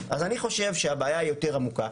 אז אני חושב שהבעיה היא יותר עמוקה.